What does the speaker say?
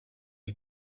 est